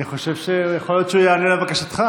אני חושב שיכול להיות שהוא ייענה לבקשתך,